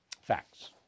Facts